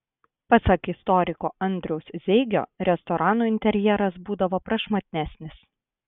pasak istoriko andriaus zeigio restoranų interjeras būdavo prašmatnesnis